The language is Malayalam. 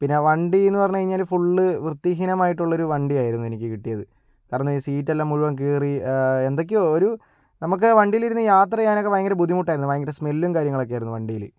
പിന്നെ വണ്ടി എന്ന് പറഞ്ഞ് കഴിഞ്ഞാൽ ഫുള്ള് വൃത്തിഹീനമായിട്ടുള്ളൊരു വണ്ടിയായിരുന്നു എനിക്ക് കിട്ടിയത് കാരണം എന്താന്നാ സീറ്റ് എല്ലാം മുഴുവൻ കീറി ഏ എന്തൊക്കെയോ ഒരു നമുക്ക് വണ്ടിയിലിരുന്ന് യാത്ര ചെയ്യാൻ ഒക്കെ ഭയങ്കര ബുദ്ധിമുട്ടായിരുന്നു ഭയങ്കര സ്മെല്ലും കാര്യങ്ങളൊക്കെ ആയിരുന്നു വണ്ടിയിൽ